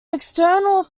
external